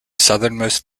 southernmost